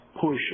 push